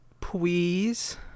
please